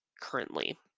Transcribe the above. currently